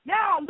Now